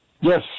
Yes